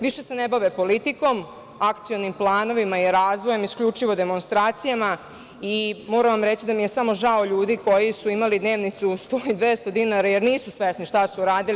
Više se ne bave politikom, akcionim planovima i razvojem, isključivo demonstracijama i moram vam reći da mi je samo žao ljudi koji su imali dnevnicu od 100, 200 dinara jer nisu svesni šta su radili.